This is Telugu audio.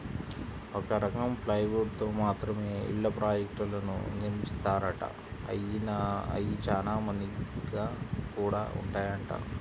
ఒక రకం ప్లైవుడ్ తో మాత్రమే ఇళ్ళ ప్రాజెక్టులను నిర్మిత్తారంట, అయ్యి చానా మన్నిగ్గా గూడా ఉంటాయంట